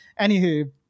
anywho